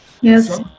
Yes